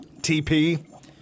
TP